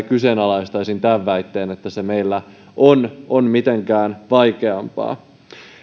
kyseenalaistaisin tämän väitteen että se meillä on on mitenkään vaikeampaa